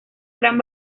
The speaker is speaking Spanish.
gran